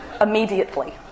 immediately